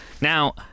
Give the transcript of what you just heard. Now